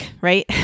right